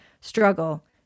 struggle